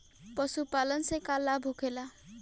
पशुपालन से का लाभ होखेला?